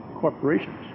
corporations